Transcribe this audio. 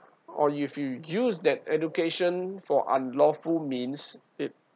or if you you use that education for unlawful means it